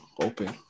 open